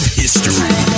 history